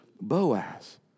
Boaz